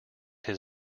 his